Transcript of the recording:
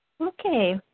Okay